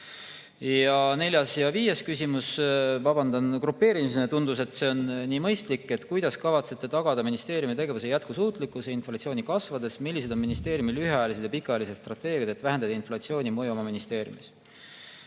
Neljanda ja viienda küsimuse, vabandan, grupeerisime, tundus, et nii on mõistlik: "Kuidas kavatsetakse tagada ministeeriumi tegevuse jätkusuutlikkuse inflatsiooni kasvades? Millised on ministeeriumi lühiajalised ja pikaajalised strateegiad, et vähendada inflatsiooni mõju ministeeriumi